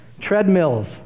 treadmills